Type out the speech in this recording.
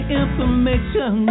information